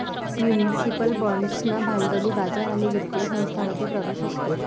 municipal बाँड्सना भांडवली बाजार आणि वित्तीय संस्थांमध्ये प्रवेश असतो